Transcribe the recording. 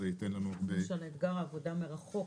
זה ייתן לנו --- יש את אתגר העבודה מרחוק.